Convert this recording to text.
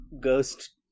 ghost